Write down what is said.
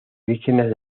vírgenes